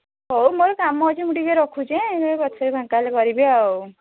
ହଉ ମୋର କାମ ଅଛି ମୁଁ ଟିକେ ରଖୁଛି ପଛରେ ଫାଙ୍କା ହେଲେ କରିବି ଆଉ